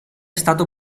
stato